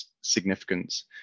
significance